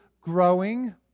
growing